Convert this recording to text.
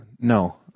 No